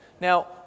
Now